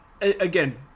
Again